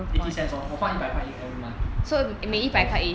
eighty cents lor 我放一百块 in every month